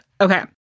Okay